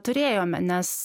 turėjome nes